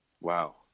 Wow